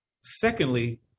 Secondly